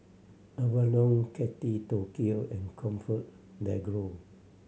Avalon Kate Tokyo and ComfortDelGro